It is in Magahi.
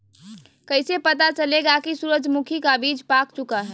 कैसे पता चलेगा की सूरजमुखी का बिज पाक चूका है?